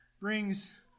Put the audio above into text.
brings